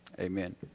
amen